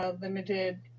limited